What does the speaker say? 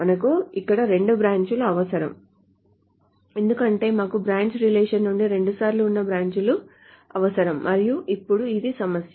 మనకు ఇక్కడ రెండు బ్రాంచ్ లు అవసరం ఎందుకంటే మాకు బ్రాంచ్ రిలేషన్ నుండి రెండుసార్లు ఉన్న బ్రాంచ్ లు అవసరం మరియు ఇప్పుడు ఇది సమస్య